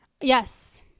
Yes